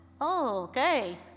Okay